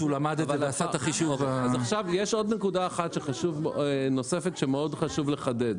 יש נקודה נוספת שמאוד חשוב לחדד.